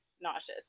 nauseous